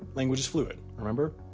language is fluid, remember?